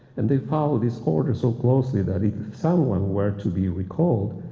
and they followed these orders so closely that if someone were to be recalled,